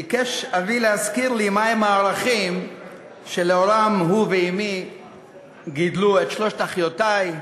ביקש אבי להזכיר לי מה הם הערכים שלאורם הוא ואמי גידלו את שלוש אחיותי,